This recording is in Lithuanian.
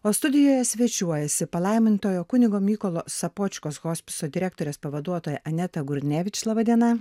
o studijoje svečiuojasi palaimintojo kunigo mykolo sopočkos hospiso direktorės pavaduotoja aneta gurnevič laba diena